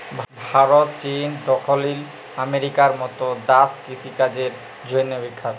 Bharat, Chile, দখ্খিল আমেরিকার মত দ্যাশ কিষিকাজের জ্যনহে বিখ্যাত